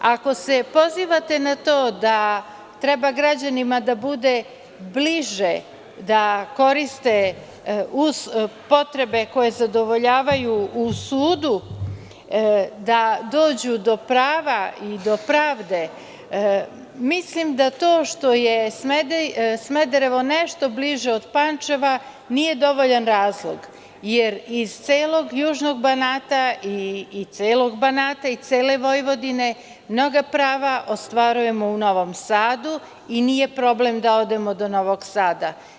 Ako se pozivate na to da građanima treba da bude bliže, da koriste potrebe koje zadovoljavaju u sudu, da dođu do prava i pravde, mislim da to što je Smederevo nešto bliže od Pančeva nije dovoljan razlog, jer iz celog južnog Banata, celog Banata i cele Vojvodine mnoga prava ostvarujemo u Novom Sadu i nije problem da odemo do Novog Sada.